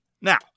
Now